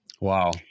Wow